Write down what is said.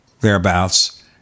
thereabouts